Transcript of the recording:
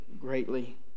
greatly